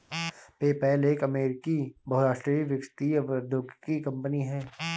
PayPal एक अमेरिकी बहुराष्ट्रीय वित्तीय प्रौद्योगिकी कंपनी है